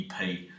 EP